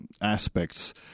aspects